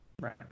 Right